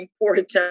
important